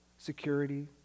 Security